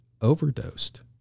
overdosed